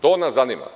To nas zanima.